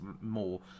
more